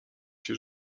się